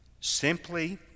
Simply